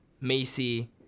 Macy